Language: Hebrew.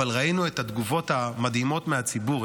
אבל ראינו את התגובות המדהימות מהציבור,